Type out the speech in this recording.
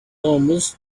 almost